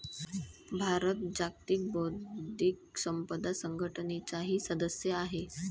भारत जागतिक बौद्धिक संपदा संघटनेचाही सदस्य आहे